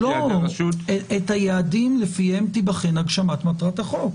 את היעדים שלפיהם תיבחן הגשמת מטרת החוק.